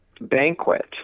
banquet